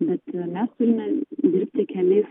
bet mes turime dirbti keliais